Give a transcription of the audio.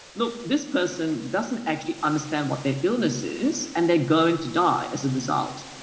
look, this person doesn't actually understand what their illness is and they are going to die as a result.